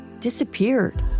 disappeared